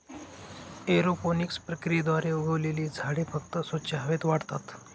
aeroponics प्रक्रियेद्वारे उगवलेली झाडे फक्त स्वच्छ हवेत वाढतात